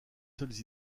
seuls